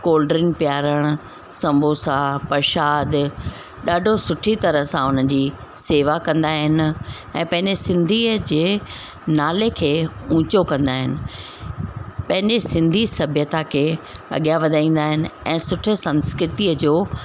cold drink पीआरणु सम्बोसा परसाद ॾाढो सुठी तरह सां उन जी सेवा कंदा आहिनि ऐं पंहिंजे सिंधीअ जे नाले खे ऊचो कंदा आहिनि पंहिंजे सिंधी सभ्यता खे अॻियां वधाईंदा आहिनि ऐं सुठे संस्कृतीअ जो